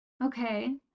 Okay